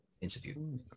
interview